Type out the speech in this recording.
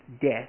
death